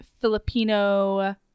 Filipino